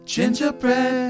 Gingerbread